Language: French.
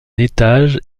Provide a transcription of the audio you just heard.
étage